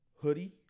Hoodie